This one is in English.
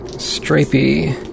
Stripey